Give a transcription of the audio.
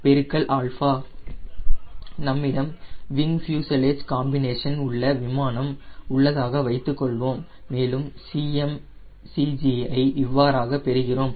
035 α நம்மிடம் wing fuselage combination உள்ள விமானம் உள்ளதாக வைத்துக் கொள்வோம் மேலும் இதன் Cmcg ஐ இவ்வாறாக பெறுகிறோம்